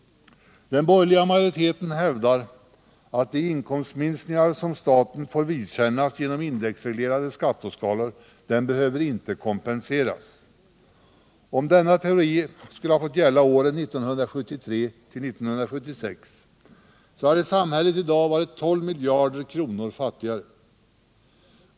Den borgerliga majoriteten hävdar att de inkomstminskningar som staten får vidkännas genom indexreglerade skatteskalor inte behöver kompenseras. Om denna teori skulle ha fått gälla åren 1973-1976 hade samhället i dag varit 12 miljarder kronor fattigare.